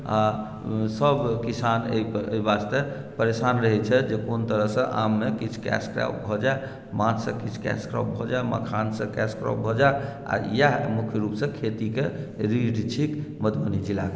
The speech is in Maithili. आ सभ किसान एहिपर एहि वास्ते परेशान रहैत छथि जे कोन तरहसँ आममे किछु कैश क्रॉप भऽ जाय माछसँ किछु कैश क्रॉप भऽ जाय मखानसँ कैश क्रॉप भऽ जाय आ इएह मुख्य रूपसँ खेतीके रीढ़ छिक मधुबनी जिलाक